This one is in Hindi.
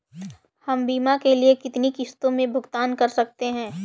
हम बीमा के लिए कितनी किश्तों में भुगतान कर सकते हैं?